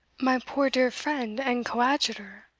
my poor dear friend and coadjutor!